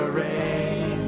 rain